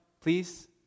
Please